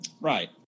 Right